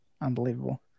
unbelievable